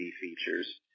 features